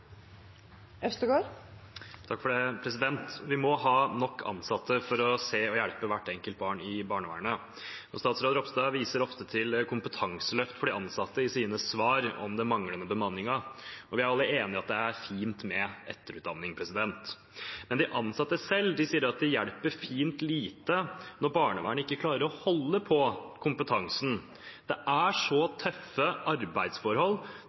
Øvstegård – til oppfølgingsspørsmål. Vi må ha nok ansatte for å se og hjelpe hvert enkelt barn i barnevernet. Statsråd Ropstad viser ofte til kompetanseløft for de ansatte i sine svar om den manglende bemanningen, og vi er alle enige om at det er fint med etterutdanning, men de ansatte selv sier at det hjelper fint lite når barnevernet ikke klarer å holde på kompetansen. Det er så tøffe arbeidsforhold,